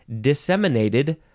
disseminated